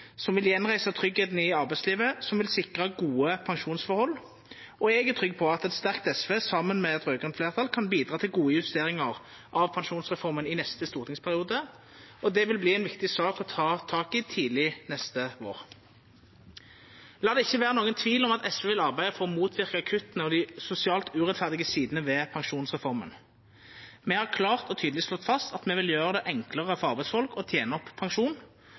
som vil gjenreisa tryggleiken i arbeidslivet, og som vil sikra gode pensjonsforhold. Og eg er trygg på at eit sterkt SV, saman med eit raud-grønt fleirtal, kan bidra til gode justeringar av pensjonsreforma i neste stortingsperiode. Det vil bli ei viktig sak å ta tak i tidleg neste vår. La det ikkje vere tvil om at SV vil arbeida for å motverka kutta og dei sosialt urettferdige sidene ved pensjonsreforma. Me har klart og tydeleg slått fast at me vil gjera det enklare for arbeidsfolk å tena opp pensjon,